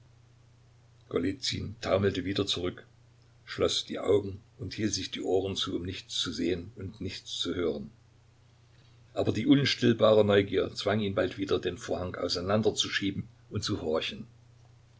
taumelte wieder zurück schloß die augen und hielt sich die ohren zu um nichts zu sehen und nichts zu hören aber die unstillbare neugier zwang ihn bald wieder den vorhang auseinanderzuschieben und zu horchen